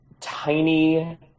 tiny